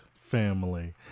family